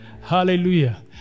hallelujah